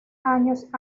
años